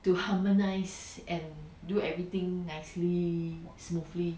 to harmonise and do everything nicely smoothly